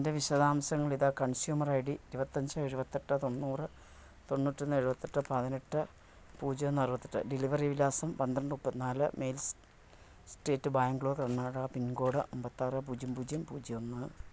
എൻ്റെ വിശദാംശങ്ങൾ ഇതാ കൺസ്യൂമർ ഐ ഡി ഇരുപത്തി അഞ്ച് എഴുപത്തി എട്ട് തൊണ്ണൂറ് തൊണ്ണൂറ്റി എഴുപത്തി എട്ട് പതിനെട്ട് പൂജ്യം ഒന്ന് അറുപത്തി എട്ട് ഡെലിവറി വിലാസം പന്ത്രണ്ട് മുപ്പത്തി നാല് mail street Bangalore Karnataka pin code അമ്പത്തി ആറ് പൂജ്യം പൂജ്യം പൂജ്യം ഒന്ന്